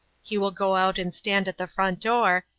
he will go out and stand at the front door,